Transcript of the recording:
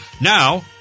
Now